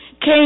came